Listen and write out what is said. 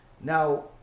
Now